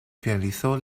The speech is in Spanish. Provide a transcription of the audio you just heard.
finalizó